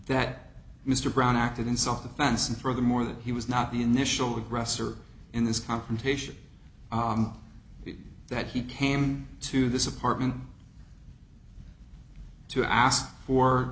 that mr brown acted in self defense and furthermore that he was not the initial aggressor in this confrontation that he came to this apartment to ask for